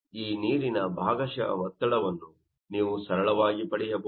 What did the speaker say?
ಈ ನೀರಿನ ಭಾಗಶಃ ಒತ್ತಡವನ್ನು ನೀವು ಸರಳವಾಗಿ ಪಡೆಯಬಹುದು